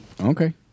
Okay